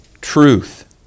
truth